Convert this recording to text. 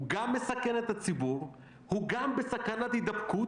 הוא גם מסכן את הציבור, הוא גם בסכנת הידבקות,